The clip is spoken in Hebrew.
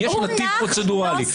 יש נתיב פרוצדורלי.